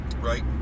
right